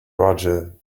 roger